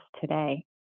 today